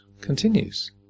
continues